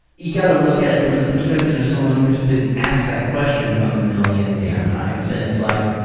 you've got to look at it from the perspective of someone who's been asked that question a million damn times, and it's like,